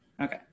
Okay